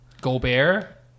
Gobert